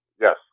Yes